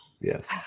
yes